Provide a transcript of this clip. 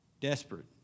desperate